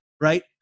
right